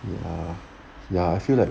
ya ya I feel like